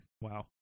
Wow